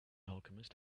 alchemist